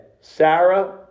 Sarah